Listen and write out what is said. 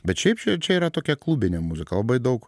bet šiaip šičia yra tokia klubinė muzika labai daug